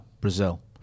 Brazil